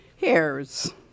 hairs